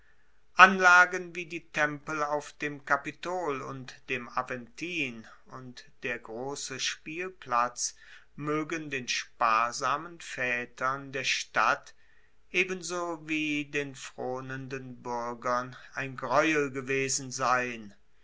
anlagen wie die tempel auf dem kapitol und dem aventin und der grosse spielplatz moegen den sparsamen vaetern der stadt ebenso wie den fronenden buergern ein greuel gewesen sein